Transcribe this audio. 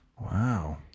Wow